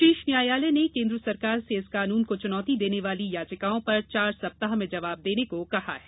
शीर्ष न्यायालय ने केन्द्र सरकार से इस कानून को चुनौती देने वाली याचिकाओं पर चार सप्ताह में जवाब देने को कहा है